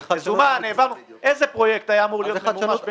אני רק שואל למה אתם צריכים להביא את זהבשלושת הימים האחרונים.